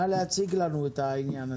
נא להציג לנו את העניין הזה.